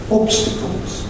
obstacles